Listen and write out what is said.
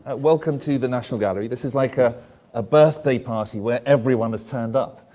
welcome to the national gallery. this is like a ah birthday party where everyone has turned up,